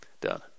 done